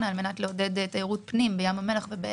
כדי לעודד תיירות פנים בים המלח ובאילת.